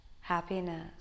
happiness